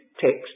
text